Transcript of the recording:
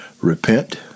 repent